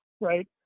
right